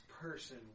person